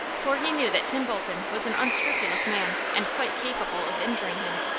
for he knew that tim bolton was an unscrupulous man, and quite capable of injuring him,